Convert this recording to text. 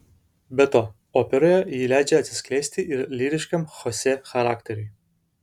be to operoje ji leidžia atsiskleisti ir lyriškam chosė charakteriui